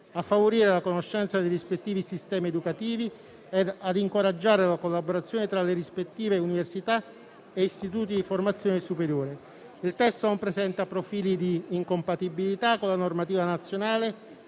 a favorire la conoscenza dei rispettivi sistemi educativi e ad incoraggiare la collaborazione tra le rispettive università e istituti di formazione superiore. Il testo non presenta profili di incompatibilità con la normativa nazionale,